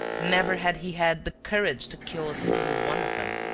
never had he had the courage to kill a single one of them.